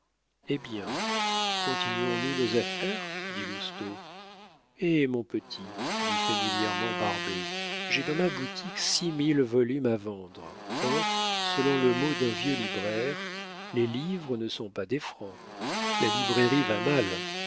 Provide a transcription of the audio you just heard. hé bien continuons nous nos affaires dit lousteau eh mon petit dit familièrement barbet j'ai dans ma boutique six mille volumes à vendre or selon le mot d'un vieux libraire les livres ne sont pas des francs la librairie va mal